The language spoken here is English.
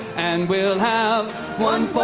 and we'll have one